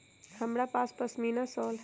हमरा पास पशमीना शॉल हई